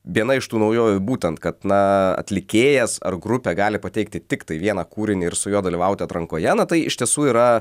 viena iš tų naujovių būtent kad na atlikėjas ar grupė gali pateikti tiktai vieną kūrinį ir su juo dalyvauti atrankoje na tai iš tiesų yra